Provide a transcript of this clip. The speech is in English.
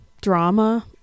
drama